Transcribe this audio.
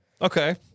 Okay